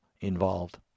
involved